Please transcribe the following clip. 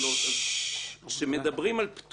כשמדברים על פטור,